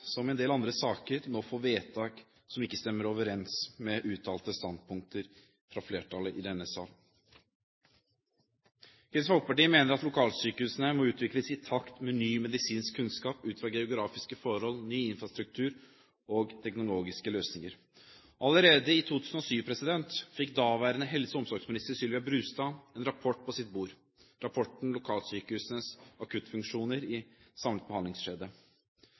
i en del andre saker, nå får vedtak som ikke stemmer overens med uttalte standpunkter fra flertallet i denne salen. Kristelig Folkeparti mener at lokalsykehusene må utvikles i takt med ny medisinsk kunnskap, ut fra geografiske forhold, ny infrastruktur og teknologiske løsninger. Allerede i 2007 fikk daværende helse- og omsorgsminister Sylvia Brustad en rapport på sitt bord, rapporten Lokalsykehusenes akuttfunksjoner i en samlet